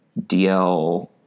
DL